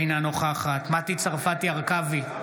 אינה נוכחת מטי צרפתי הרכבי,